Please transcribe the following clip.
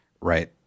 Right